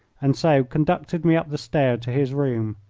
and so conducted me up the stair to his room.